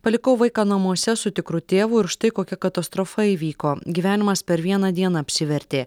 palikau vaiką namuose su tikru tėvu ir štai kokia katastrofa įvyko gyvenimas per vieną dieną apsivertė